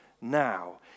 Now